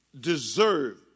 deserve